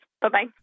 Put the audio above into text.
Bye-bye